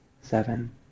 seven